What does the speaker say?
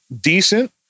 decent